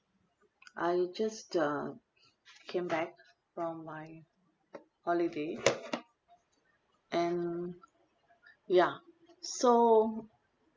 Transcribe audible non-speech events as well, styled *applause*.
I just uh came back from my holiday *noise* and ya so